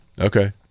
Okay